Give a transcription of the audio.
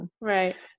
Right